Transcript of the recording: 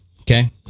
okay